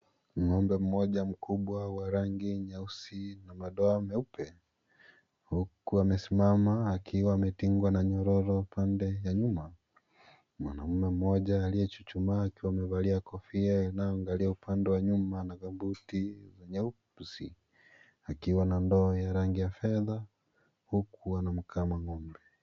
Ng'ombe mmoja mkubwa wa rangi nyeusi na madoa meupe huku amesimama akiwa ametengwa na nyororo pande ya nyuma mwanaume mmoja aliyechuchumaa amevalia kofia inayoangalia upande wa nyuma na buti nyeusi akiwa na ndoo ya rangi ya fedha huku anamkama ng'ombe.